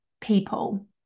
People